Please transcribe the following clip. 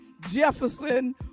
Jefferson